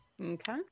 Okay